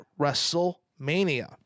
Wrestlemania